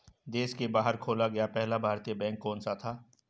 देश के बाहर खोला गया पहला भारतीय बैंक कौन सा था?